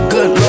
Good